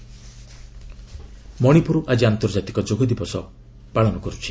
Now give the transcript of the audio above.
Manipur yoga day Manipur ଆଜି ଆନ୍ତର୍ଜାତିକ ଯୋଗ ଦିବସ ପାଳିତ ହୋଇଛି